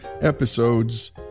episodes